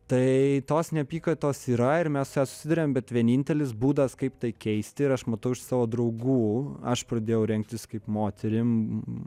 tai tos neapykantos yra ir mes su ja susiduriam bet vienintelis būdas kaip tai keisti ir aš matau iš savo draugų aš pradėjau rengtis kaip moterim